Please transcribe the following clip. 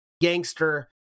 gangster